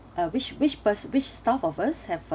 uh which which pers~ which staff of us have